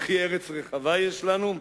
וכי ארץ רחבה יש לנו?